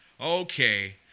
okay